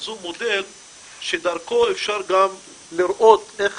הם עשו מודל שדרכו אפשר גם לראות איך